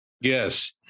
Yes